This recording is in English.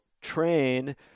train